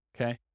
okay